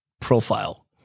profile